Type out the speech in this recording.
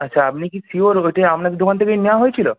আচ্ছা আপনি কি শিওর ওইটি আপনাদের দোকান থেকেই নেওয়া হয়েছিলো